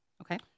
Okay